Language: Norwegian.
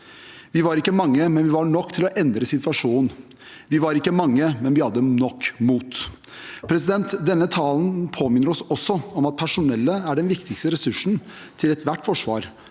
Vi var ikke mange, men vi var nok til å endre situasjonen. Vi var ikke mange, men vi hadde nok mot. Denne talen påminner oss også om at personellet er den viktigste ressursen til ethvert forsvar.